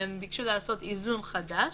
הם ביקשו לעשות איזון חדש.